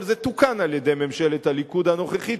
אבל זה תוקן על-ידי ממשלת הליכוד הנוכחית,